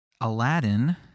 Aladdin